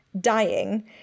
dying